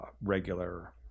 regular